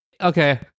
Okay